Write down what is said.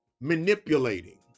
manipulating